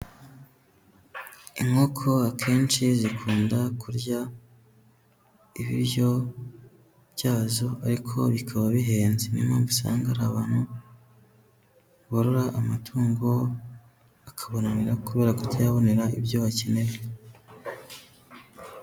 Inkoko akenshi zikunda kurya ibiryo byazo ariko bikaba bihenze, ni yo mpamvu usanga hari abantu barora amatungo akabananira kubera kutayabonera ibyo akeneye.